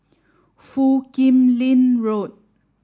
Foo Kim Lin Road